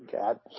God